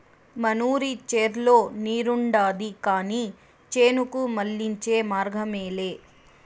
మనూరి చెర్లో నీరుండాది కానీ చేనుకు మళ్ళించే మార్గమేలే